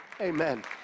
Amen